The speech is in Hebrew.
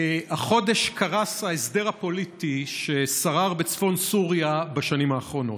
החודש קרס ההסדר הפוליטי ששרר בצפון סוריה בשנים האחרונות.